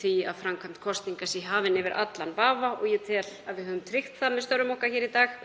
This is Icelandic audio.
því að framkvæmd kosninga sé hafin yfir allan vafa. Ég tel að við höfum tryggt það með störfum okkar í dag.